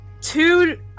two